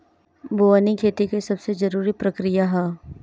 बोअनी खेती के सबसे जरूरी प्रक्रिया हअ